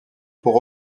pour